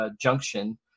Junction